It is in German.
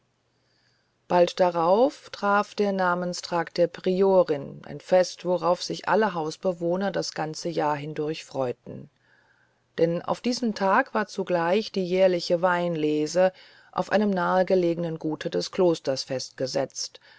bald darauf traf der namenstag der priorin ein fest worauf sich alle hausbewohner das ganze jahr hindurch freuten denn auf diesen tag war zugleich die jährliche weinlese auf einem nahe gelegenen gute des klosters festgesetzt